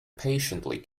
patiently